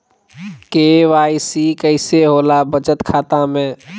KYC कैसे होला बचत खाता में?